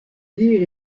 dire